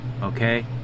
Okay